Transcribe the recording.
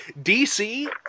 DC